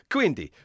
Quindi